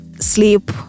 sleep